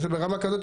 וזה ברמה כזאת.